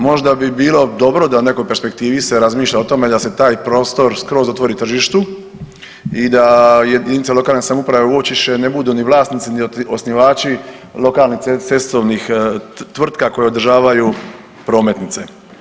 Možda bi bilo dobro da u nekoj perspektivi se razmišlja o tome da se taj prostor skroz otvori tržištu i da jedinice lokalne samouprave uopće više ne budu ni vlasnici ni osnivači lokalnih cestovnih tvrtka koja održavaju prometnice.